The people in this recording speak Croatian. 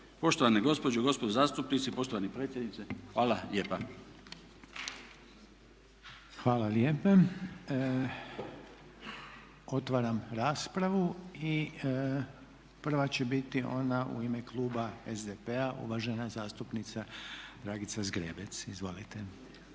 Poštovane gospođe i gospodo zastupnici, poštovani predsjedniče hvala lijepa. **Reiner, Željko (HDZ)** Hvala lijepa. Otvaram raspravu i prva će biti ona u ime kluba SDP-a uvažena zastupnica Dragica Zgrebec. Izvolite.